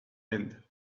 end